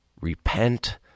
Repent